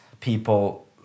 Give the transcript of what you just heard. people